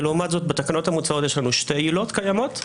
ולעומת זאת בתקנות המוצעות יש לנו שתי עילות קיימות,